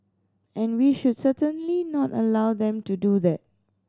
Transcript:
and we should certainly not allow them to do that